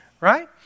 right